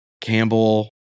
Campbell